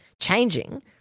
changing